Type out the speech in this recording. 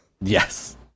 Yes